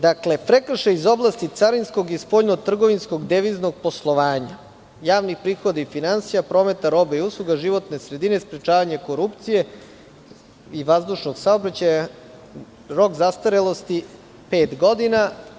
Dakle, za prekršaj iz oblasti carinskog i spoljnotrgovinskog deviznog poslovanja, javnih prihoda i finansija, prometa robe i usluga, životne sredine, sprečavanje korupcije i vazdušnog saobraćaja rok zastarelosti je pet godina.